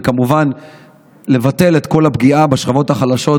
וכמובן לבטל את כל הפגיעה בשכבות החלשות.